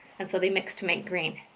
and so they mix to make green.